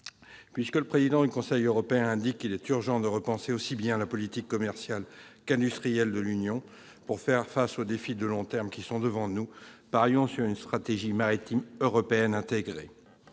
l'indique le Président du Conseil européen, il est urgent de repenser les politiques commerciale et industrielle de l'Union pour faire face aux défis de long terme qui sont devant nous : dès lors, parions sur une stratégie maritime européenne intégrée